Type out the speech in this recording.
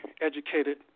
educated